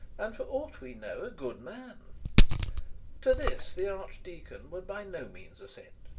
and for aught we know a good man to this the archdeacon would by no means assent.